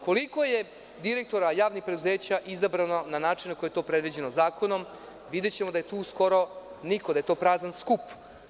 Koliko je direktora javnih preduzeća izabrano na način koji je to predviđeno zakonom, videćemo da je tu skoro niko, da je to prazan skup.